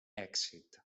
èxit